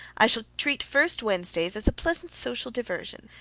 i shall treat first wednesdays as a pleasant social diversion,